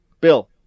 Bill